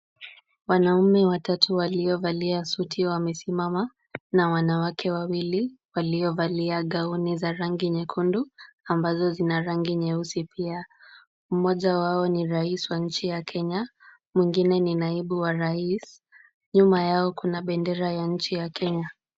Wanaume watatu waliovalia suti wamesimama na wanawake wawili waliovalia gauni za rangi nyekundu ambazo zina rangi nyeusi pia. Mmoja wao ni rais wa nchi ya Kenya, mwingine ni naibu wa rais. Nyuma yao kuna bendera ya nchi ya Kenya.